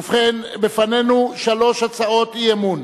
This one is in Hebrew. ובכן, בפנינו שלוש הצעות אי-אמון,